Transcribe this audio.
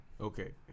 Okay